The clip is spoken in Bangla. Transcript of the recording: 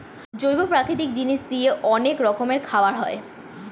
জৈব প্রাকৃতিক জিনিস দিয়ে জমিতে অনেক রকমের খাবার হয়